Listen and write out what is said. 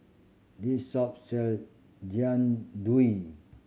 this shop sell Jian Dui